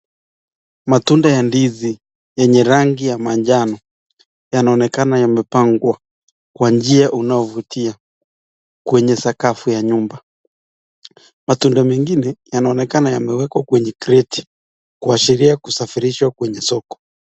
Matunda ya ndizi yenye rangi ya manjano yanonekana yamepangwa kwa njia unaovutia kwenye sakafu ya nyumba. Matunda mengine yanaonekana yameekwa kwenye kreti kuashiria kusafirishwa kwenye soko.